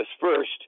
first